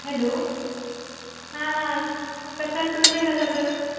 hello हां कशे आसात तुमी कशे आसात